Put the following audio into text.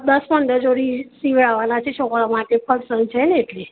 દસ પંદર જોડી સિવડાવવાનાં છે છોકરાં માટે ફંક્શન છે ને એટલે